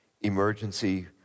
emergency